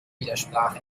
widersprach